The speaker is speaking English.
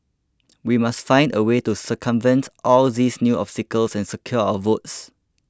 we must find a way to circumvent all these new obstacles and secure our votes